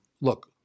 look